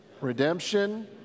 redemption